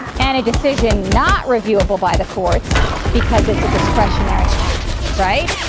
and a decision not reviewable by the courts because it's a discretionary act, right?